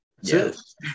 Yes